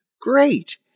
great